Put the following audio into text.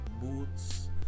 boots